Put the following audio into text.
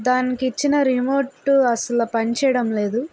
దానికి ఇచ్చిన రిమోట్ అస్సలు పనిచేయడం లేదు